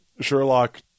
Sherlock